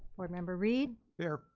board member reid here.